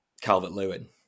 Calvert-Lewin